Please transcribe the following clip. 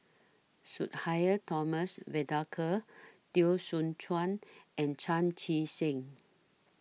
Sudhir Thomas Vadaketh Teo Soon Chuan and Chan Chee Seng